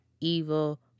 evil